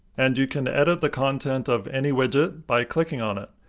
and you can edit the content of any widget by clicking on it.